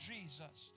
Jesus